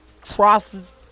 crosses